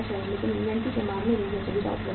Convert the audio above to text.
लेकिन इन्वेंट्री के मामले में यह सुविधा उपलब्ध नहीं है